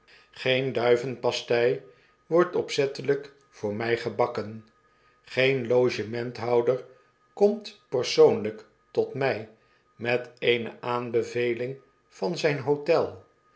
geen duiven pastei wordt opzettelijk voor mij gebakken geen logementhouder komt persoonlijk tot mij met eene aanbeveling van zijn hotel